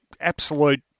absolute